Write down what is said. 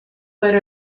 per